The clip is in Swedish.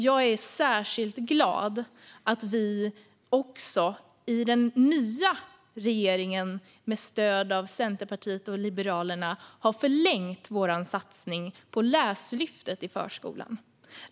Jag är särskilt glad att vi också i den nya regeringen, med stöd av Centerpartiet och Liberalerna, har förlängt vår satsning på Läslyftet i förskolan.